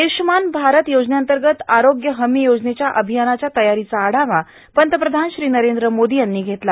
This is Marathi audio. आय्रष्यमान भारत योजनेअंतर्गत आरोग्य हमी योजनेच्या अभियानाच्या तयारीचा आढावा पंतप्रधान श्री नरेंद्र मोदी यांनी घेतला